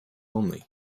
only